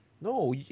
No